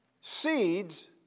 seeds